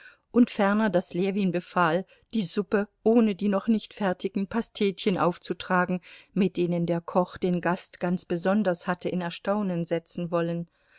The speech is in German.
und ferner daß ljewin befahl die suppe ohne die noch nicht fertigen pastetchen aufzutragen mit denen der koch den gast ganz besonders hatte in erstaunen setzen wollen